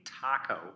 taco